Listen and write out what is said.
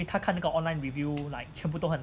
他看这个 online review like 全部都很